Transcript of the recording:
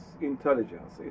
intelligence